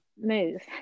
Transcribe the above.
move